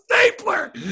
stapler